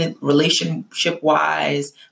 Relationship-wise